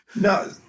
No